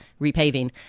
repaving